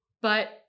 But-